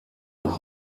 nach